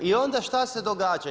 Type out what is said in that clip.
I onda šta se dogaša?